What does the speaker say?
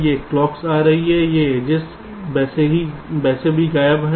ये क्लॉक्स आ रही हैं ये एजेस वैसे भी गायब हैं